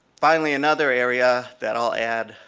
finally another area that i'll add,